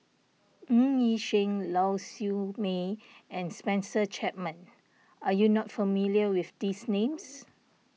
Ng Yi Sheng Lau Siew Mei and Spencer Chapman are you not familiar with these names